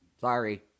Sorry